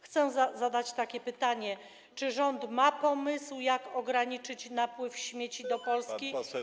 Chcę zadać takie pytanie: Czy rząd ma pomysł, jak ograniczyć napływ śmieci do Polski?